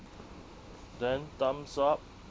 dan thumbs up